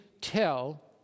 tell